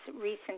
recent